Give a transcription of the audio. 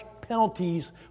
penalties